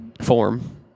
form